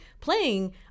playing